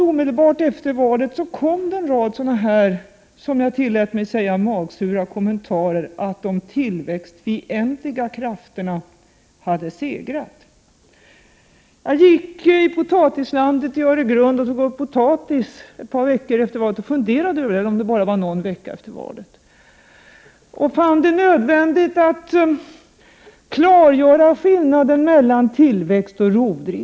Omedelbart efter valet kom nämligen en rad magsura, som jag tillät mig kalla dem, kommentarer om att de tillväxtfientliga krafterna hade segrat. Jag gick i potatislandet i Öregrund och tog upp potatis någon vecka efter valet och funderade över detta och fann det nödvändigt att klargöra skillnaden mellan tillväxt och rovdrift.